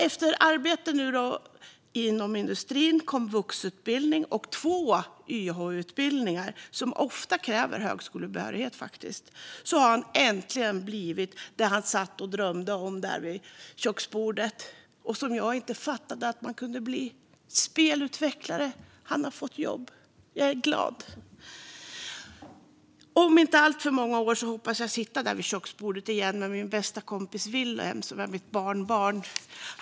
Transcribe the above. Efter arbete inom industrin, komvuxutbildning och två YH-utbildningar, som faktiskt ofta kräver högskolebehörighet, har han äntligen blivit det han satt och drömde om vid köksbordet och som jag inte fattade att man kunde bli: spelutvecklare. Han har fått jobb. Jag är glad. Om inte alltför många år hoppas jag sitta där vid köksbordet igen med min bästa kompis Vilhelm, som är mitt barnbarn.